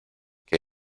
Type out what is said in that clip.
que